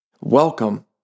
Welcome